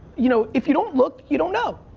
you know if you don't look, you don't know.